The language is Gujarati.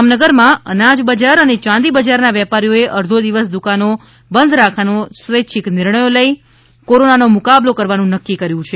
જામનગર માં અનાજ બજાર અને ચાંદી બજાર ના વેપારીઓ એ અર્ધો દિવસ દુકાનો બંધ રાખવાનો સ્વૈચ્છીક નિર્ણય લઈ કોરોના નો મુકાબલો કરવાનું નક્કી કર્યું છે